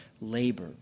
labor